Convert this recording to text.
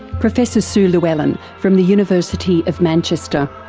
professor sue llewellyn from the university of manchester.